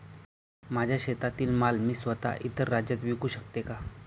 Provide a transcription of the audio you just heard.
माझ्या शेतातील माल मी स्वत: इतर राज्यात विकू शकते का?